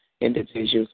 individuals